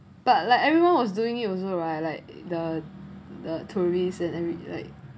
but like everyone was doing it also right like the the tourists and every right